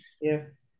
Yes